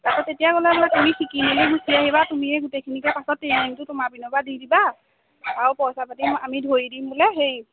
তাৰপাছত তেতিয়াহ'লে বোলে তুমি শিকি মেলি গুচি আহিবা তুমিয়ে গোটেইখিনিকে পাছত ট্ৰেইনিঙটো তোমাৰ পিনপা দি দিবা আৰু পইচা পাতি আমি ধৰি দিম বোলে সেই